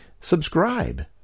Subscribe